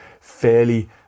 fairly